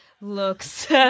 looks